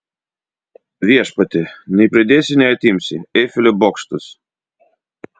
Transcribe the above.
viešpatie nei pridėsi nei atimsi eifelio bokštas